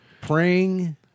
Praying